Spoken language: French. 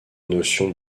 notion